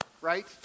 Right